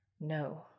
No